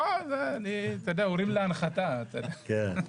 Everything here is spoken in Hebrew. לא, הוא הרים להנחתה, אתה יודע.